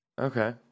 Okay